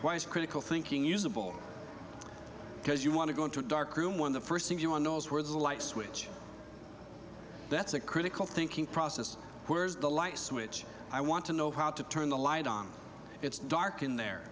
critical thinking usable because you want to go into a dark room when the first thing you want knows where the light switch that's a critical thinking process where's the light switch i want to know how to turn the light on it's dark in there